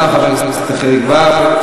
תודה רבה, חבר הכנסת חיליק בר.